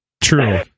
True